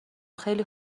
خیلی